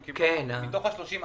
הם קיבלו מתוך ה-30,